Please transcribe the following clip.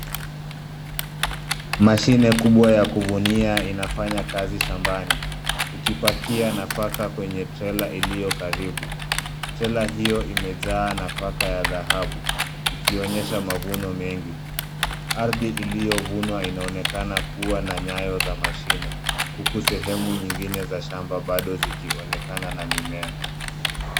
Mashine kubwa ya kuvunia inafanya kazi shambani ikipakia nafaka kwenye trela iliyo karibu. Trela hiyo imejaa nafaka ya dhahabu ikionyesha mavuno mengi. Ardhi iliyovunwa inaonekana kuwa na nyayo za mashine huku sehemu nyingine za shamba bado zikionekana na mimea.